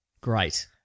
Great